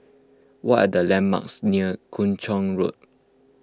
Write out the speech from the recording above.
what are the landmarks near Kung Chong Road